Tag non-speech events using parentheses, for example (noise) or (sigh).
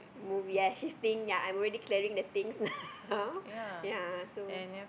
move ya she's staying I'm already clearing the things now (laughs) ya so